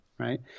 Right